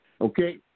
okay